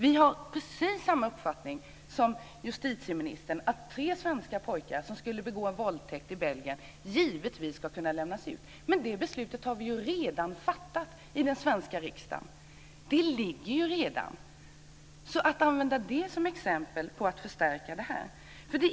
Vi har precis samma uppfattning som justitieministern. Tre svenska pojkar som begår en våldtäkt i Belgien ska givetvis kunna lämnas ut. Men det beslutet har vi redan fattat i den svenska riksdagen. Det föreligger ju redan, men det används nu som exempel på att förstärka detta.